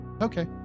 Okay